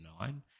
nine